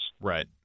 Right